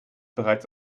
bereits